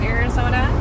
Arizona